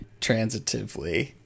transitively